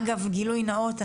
אגב גילוי נאות,